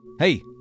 Hey